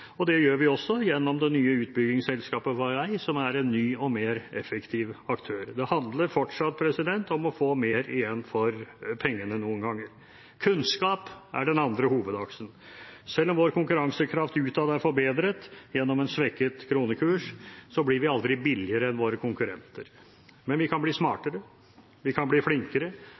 og det gjør vi også gjennom det nye utbyggingsselskapet for veg, som er en ny og mer effektiv aktør. Det handler fortsatt om noen ganger å få mer igjen for pengene. Kunnskap er den andre hovedaksen. Selv om vår konkurransekraft utad er forbedret gjennom en svekket kronekurs, blir vi aldri billigere enn våre konkurrenter, men vi kan bli